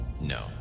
No